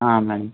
madam